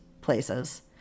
places